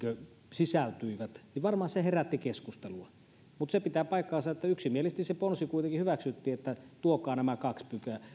sisältyivät varmaan herätti keskustelua mutta se pitää paikkansa että yksimielisesti se ponsi kuitenkin hyväksyttiin että tuokaa nämä kaksi